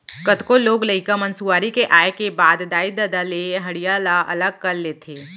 कतको लोग लइका मन सुआरी के आए के बाद दाई ददा ले हँड़िया ल अलग कर लेथें